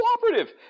cooperative